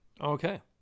okay